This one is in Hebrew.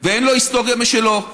ואין לו היסטוריה משלו,